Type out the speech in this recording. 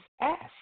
ask